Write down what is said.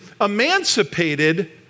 emancipated